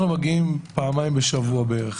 אנחנו מגיעים פעמיים בשבוע, בערך.